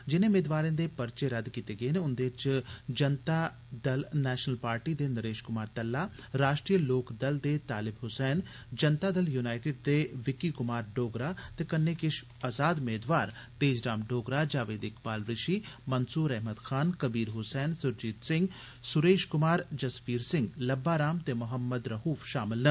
जिने मेदवारें दे पर्चे रद्द कीते गेन उन्दे च जनता दल नैशनल पार्टी दे नरेश क्मार तल्ला राष्ट्रीय लोक दल दे तालिब ह्सैन जनता दल युनाइटेंड दे विकी क्मार डोगरा ते कन्नै किश अजाद मेदवार तेज राम डोगरा जावेद इकबाल ऋषि मंसूर अहमद खान कबीर ह्सैन सुरजीत सिंह सुरेश कुमार जस्वीर सिंह लब्बा राम ते मोहम्मद रहफ शामल न